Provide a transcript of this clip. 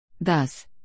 Thus